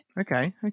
okay